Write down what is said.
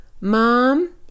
Mom